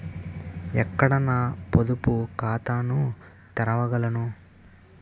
ఎక్కడ నా పొదుపు ఖాతాను తెరవగలను?